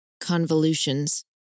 Convolutions